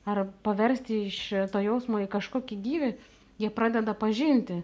ar paversti iš to jausmo į kažkokį gyvį jie pradeda pažinti